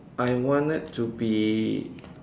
I wanted to be